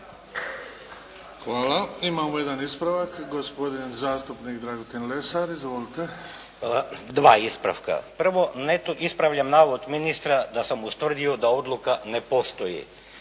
Hvala. Imamo jedan ispravak, gospodin zastupnik Dragutin Lesar. Izvolite. **Lesar, Dragutin (Nezavisni)** Hvala. Prva ispravka, prvo ispravljam navod ministra da sam ustvrdio da odluka ne postoji.